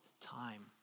time